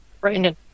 Brandon